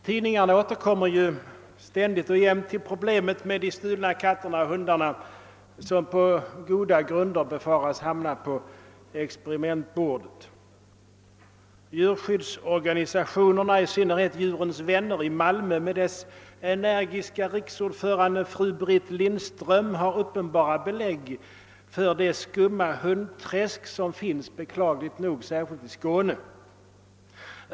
Tidningarna återkommer ständigt och jämt till problemet med de stulna katter och hundar som på goda grunder befaras hamna på experimentbordet. Djurskyddsorganisationerna, i synnerhet Djurens vänner i Malmö med dess energiska riksordförande fru Britt Lindström, har uppenbara belägg för det skumma >»hundträsk« som beklagligt nog finns, särskilt i Skåne.